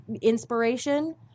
inspiration